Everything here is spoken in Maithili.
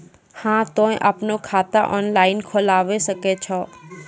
हाँ तोय आपनो खाता ऑनलाइन खोलावे सकै छौ?